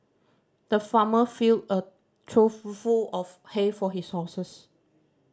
the farmer filled a trough full of hay for his horses